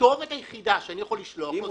הכתובת היחידה שאני יכול לשלוח אליה היא